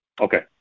Okay